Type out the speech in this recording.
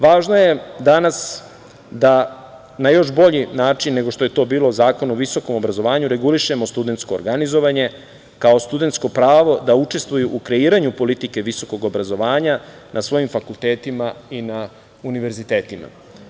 Važno je danas da na još bolji način nego što je to bilo Zakonom o visokom obrazovanju, regulišemo studentsko organizovanje, kao studentsko pravo da učestvuju u kreiranju politike visokog obrazovanja na svojim fakultetima i na univerzitetima.